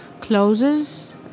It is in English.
closes